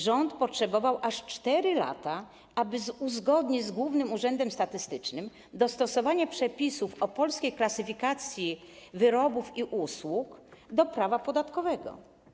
Rząd potrzebował aż 4 lat, aby uzgodnić z Głównym Urzędem Statystycznym dostosowanie przepisów o Polskiej Klasyfikacji Wyrobów i Usług do prawa podatkowego.